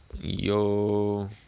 Yo